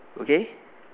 okay